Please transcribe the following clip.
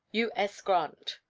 u s. grant.